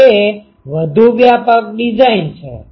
તે વધુ વ્યાપક ડિઝાઇન છે